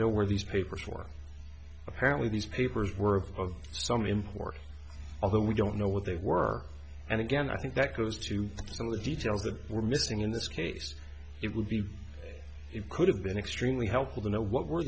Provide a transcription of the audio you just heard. know where these papers for apparently these papers worth of some import although we don't know what they were and again i think that goes to some of the details that were missing in this case it will be it could have been extremely helpful to know what were